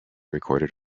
recorded